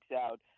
out